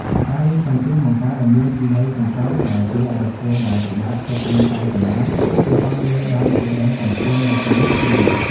ការលេងតុងទីនបង្កើតឱ្យមាន "វិន័យសន្សំ" ដែលជួយឱ្យបុគ្គលដែលពិបាកគ្រប់គ្រងការចំណាយ អាចសន្សំលុយបានជាដុំកំភួននៅចុងគ្រា។